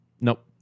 Nope